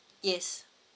yes